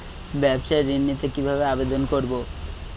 ব্যাবসা ঋণ নিতে কিভাবে আবেদন করব?